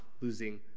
losing